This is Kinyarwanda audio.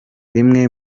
bimwe